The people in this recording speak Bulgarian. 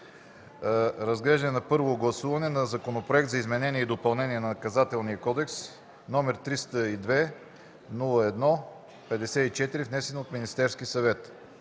подкрепи на първо гласуване Законопроект за изменение и допълнение на Наказателния кодекс, № 302-01-54, внесен от Министерския съвет